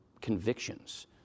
convictions